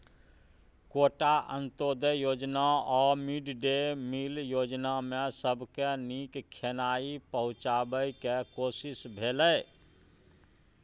quota, अंत्योदय योजना आ मिड डे मिल योजनामे सबके नीक खेनाइ पहुँचेबाक कोशिश भेलै